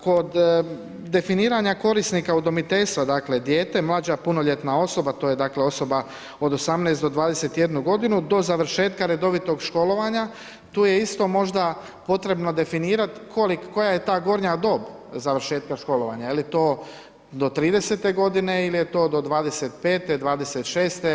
Kod definiranja korisnika udomiteljstva dakle dijete, mlađa punoljetna osoba, to je dakle osoba od 18 do 21 g., do završetka redovitog školovanja, tu je isto možda potrebno definirati koja je ta gornja dob završetka školovanja, je li to do 30 g. ili je to do 25., 26.